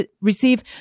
Receive